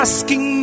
Asking